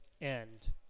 end